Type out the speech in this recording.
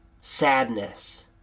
sadness